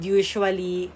usually